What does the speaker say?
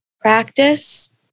practice